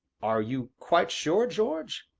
are you quite sure, george?